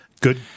good